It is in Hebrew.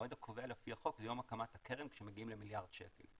המועד הקובע לפי החוק זה יום הקמת הקרן כשמגיעים למיליארד שקל.